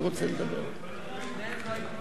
לצמצום הגירעון ולשינוי נטל המס